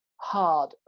hard